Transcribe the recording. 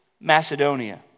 Macedonia